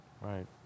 right